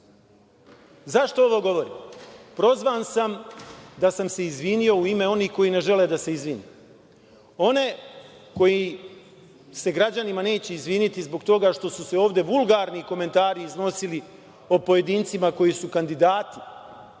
ovo govorim? Prozvan sam da sam se izvinio u ime onih koji ne žele da se izvine. Protiv onih koji se građanima neće izviniti zbog toga što su se ovde vulgarni komentari iznosili o pojedincima koji su kandidati